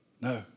No